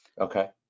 okay